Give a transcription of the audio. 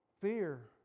fear